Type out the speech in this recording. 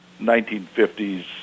1950s